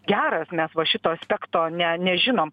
geras mes va šito aspekto ne nežinom